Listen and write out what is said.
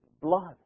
blood